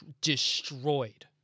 destroyed